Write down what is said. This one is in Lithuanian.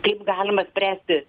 kaip galima spręsti